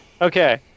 Okay